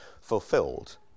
fulfilled